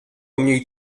mniej